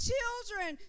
Children